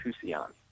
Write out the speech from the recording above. Tucson